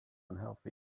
unhealthy